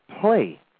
play